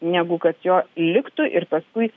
negu kad jo liktų ir paskui